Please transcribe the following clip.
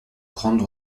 grande